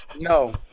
No